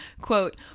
Quote